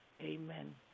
Amen